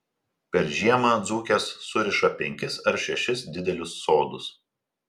per žiemą dzūkės suriša penkis ar šešis didelius sodus